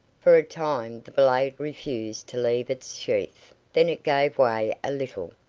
for a time the blade refused to leave its sheath then it gave way a little,